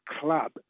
club